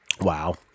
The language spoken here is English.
Wow